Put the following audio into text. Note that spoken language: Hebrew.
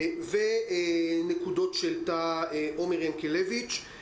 כיוון שיש לימודים פרונטליים.